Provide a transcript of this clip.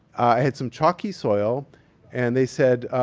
i had some chalky soil and they said,